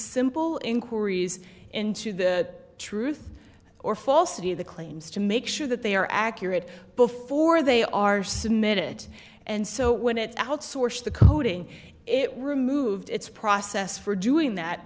simple inquiries into the truth or falsity of the claims to make sure that they are accurate before they are submitted and so when it outsourced the coding it removed its process for doing that